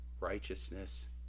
righteousness